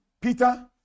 Peter